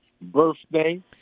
birthday